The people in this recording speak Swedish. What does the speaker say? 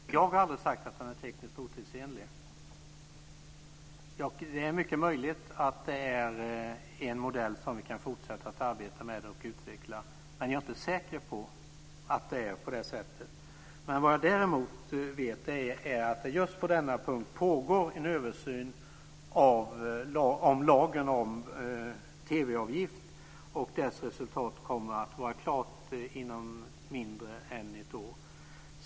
Fru talman! Jag har aldrig sagt att den är tekniskt otidsenlig. Det är mycket möjligt att den är en modell som vi kan fortsätta att arbeta med och utveckla, men jag är inte säker på att det är på det sättet. Vad jag däremot vet är att det just på denna punkt pågår en översyn av lagen om TV-avgift. Dess resultat kommer att vara klart inom mindre än ett år.